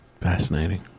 Fascinating